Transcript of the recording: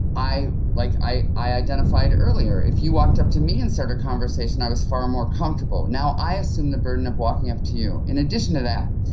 i like i identified earlier, if you walked up to me and start a conversation, i was far more comfortable. now i assume the burden of walking up to you. in addition to that,